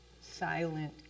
silent